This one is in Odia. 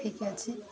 ଠିକ୍ ଅଛି